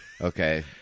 Okay